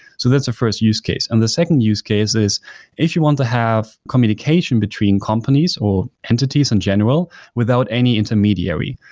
so that's the first use case. and the second use case is if you want to have communication between companies or entities in general without any intermediary.